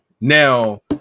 now